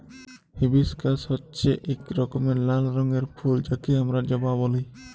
hibiscus হচ্যে এক রকমের লাল রঙের ফুল যাকে হামরা জবা ব্যলি